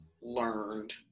learned